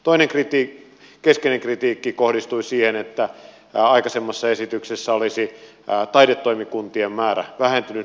toinen keskeinen kritiikki kohdistui siihen että aikaisemmassa esityksessä olisi taidetoimikuntien määrä vähentynyt